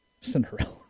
Cinderella